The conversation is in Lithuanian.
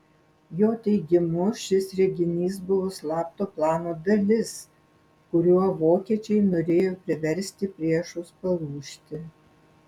jo teigimu šis reginys buvo slapto plano dalis kuriuo vokiečiai norėjo priversti priešus palūžti